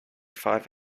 five